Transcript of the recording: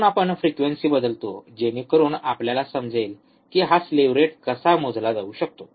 म्हणून आपण फ्रिक्वेन्सी बदलतो जेणेकरून आपल्याला समजेल की हा स्लीव्ह रेट कसा मोजला जाऊ शकतो